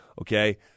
okay